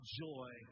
joy